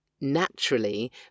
naturally